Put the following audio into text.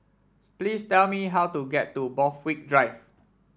please tell me how to get to Borthwick Drive